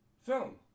film